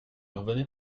revenez